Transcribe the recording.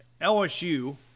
LSU